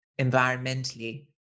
environmentally